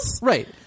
Right